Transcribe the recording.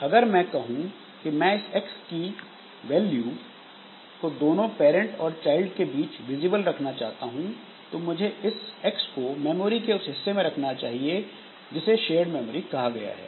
अगर मैं कहूं कि मैं इस एक्स की वैल्यू को दोनों पैरंट और चाइल्ड के लिए विजिबल रखना चाहता हूं तो मुझे इस X को मेमोरी के उस हिस्से में बनाना चाहिए जिसे शेयर्ड मेमोरी कहा गया है